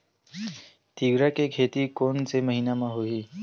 तीवरा के खेती कोन से महिना म होही?